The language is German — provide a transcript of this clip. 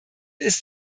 ist